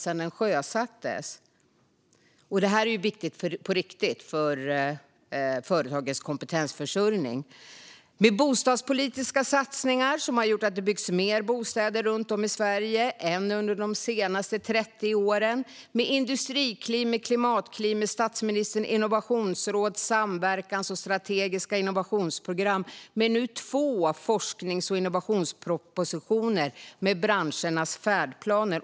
Detta är viktigt för företagens kompetensförsörjning. Det handlar om bostadspolitiska satsningar som har gjort att det byggts mer bostäder runt om i Sverige än under de senaste 30 åren, Industriklivet med Klimatklivet, statsministerns innovationsråd, samverkansprogram och strategiska innovationsprogram, två forsknings och innovationspropositioner och branschernas färdplaner.